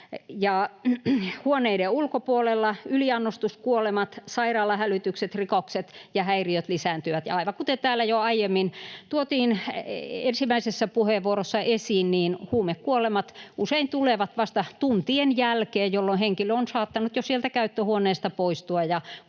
huoneiden ulkopuolella yliannostuskuolemat, sairaalahälytykset, rikokset ja häiriöt lisääntyivät. Ja aivan kuten täällä jo aiemmin tuotiin ensimmäisessä puheenvuorossa esiin, niin huumekuolemat usein tulevat vasta tuntien jälkeen, jolloin henkilö on saattanut jo sieltä käyttöhuoneesta poistua